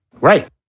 Right